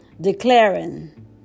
declaring